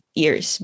years